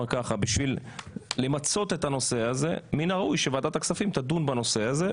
בשביל למצות את הנושא הזה מין הראוי שוועדת הכספים תדון בנושא הזה,